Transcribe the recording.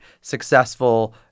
successful